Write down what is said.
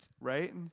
right